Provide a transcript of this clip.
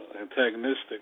antagonistic